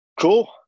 Cool